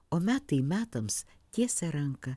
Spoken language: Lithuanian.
o metai metams tiesia ranką